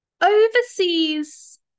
overseas